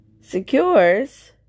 secures